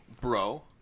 Bro